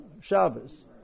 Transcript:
Shabbos